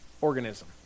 organism